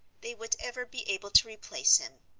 they would ever be able to replace him.